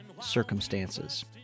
circumstances